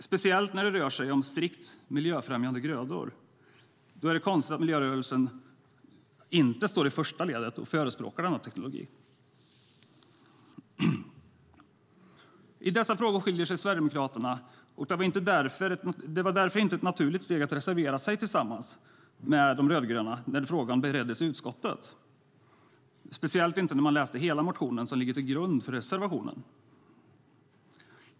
Speciellt när det rör sig om strikt miljöfrämjande grödor är det konstigt att miljörörelsen inte står i första ledet och förespråkar den här teknologin. I dessa frågor skiljer sig Sverigedemokraterna från dessa partier och det var därför inte ett naturligt steg att reservera sig tillsammans med de rödgröna när frågan bereddes i utskottet, speciellt inte när man läste hela den motion som ligger till grund för reservationen.